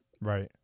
right